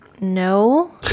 no